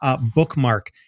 Bookmark